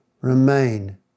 Remain